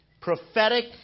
Prophetic